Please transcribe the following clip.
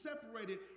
separated